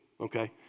okay